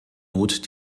mut